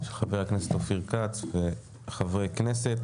של חבר הכנסת אופיר כץ וחברי כנסת.